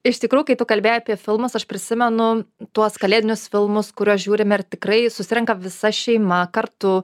iš tikrųjų kai tu kalbėjai apie filmus aš prisimenu tuos kalėdinius filmus kuriuos žiūrime ir tikrai susirenka visa šeima kartu